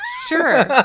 Sure